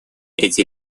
эти